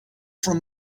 from